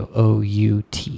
out